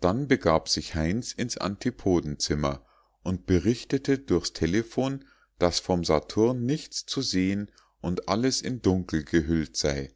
dann begab sich heinz ins antipodenzimmer und berichtete durchs telephon daß vom saturn nichts zu sehen und alles in dunkel gehüllt sei